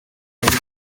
yavuze